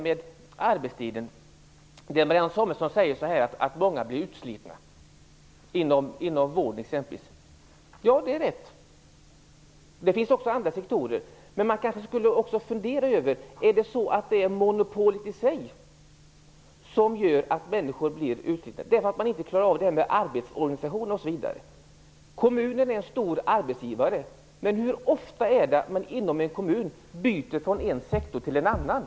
Marianne Samuelsson säger att många som arbetar inom exempelvis vården blir utslitna. Det är rätt. Det gäller även andra sektorer. Man borde fundera över om det kanske är monopolet i sig som gör att människor blir utslitna. Man kanske inte klarar av arbetsorganisationen etc. Kommunen är en stor arbetsgivare, men hur ofta byter man anställning inom en kommun från en sektor till en annan.